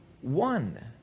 one